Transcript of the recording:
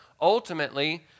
ultimately